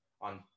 on